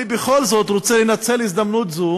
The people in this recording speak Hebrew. אני בכל זאת רוצה לנצל הזדמנות זו